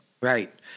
Right